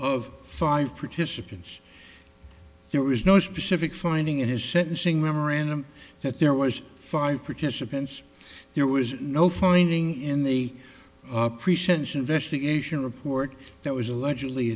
of five participants there is no should be civic finding in his sentencing memorandum that there was five participants there was no finding in the present investigation report that was allegedly